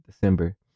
December